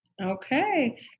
Okay